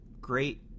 great